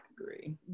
agree